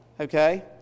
Okay